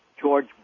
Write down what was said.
George